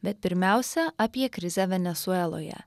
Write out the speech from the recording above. bet pirmiausia apie krizę venesueloje